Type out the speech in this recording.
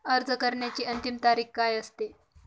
अर्ज करण्याची अंतिम तारीख काय असते?